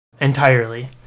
entirely